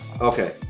okay